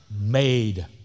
made